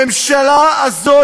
הממשלה הזאת,